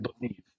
believe